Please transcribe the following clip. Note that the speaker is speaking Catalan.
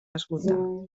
esgotar